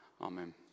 Amen